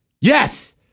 Yes